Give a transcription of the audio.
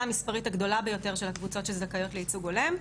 המספרית הגדולה ביותר של הקבוצות שזכאיות לייצוג הולם,